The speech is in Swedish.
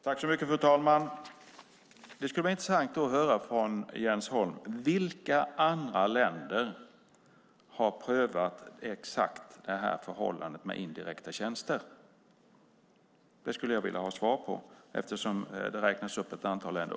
Fru talman! Det skulle vara intressant att höra från Jens Holm vilka andra länder som har prövat exakt detta förhållande med indirekta tjänster. Det skulle jag vilja ha svar på eftersom ett antal länder räknas upp.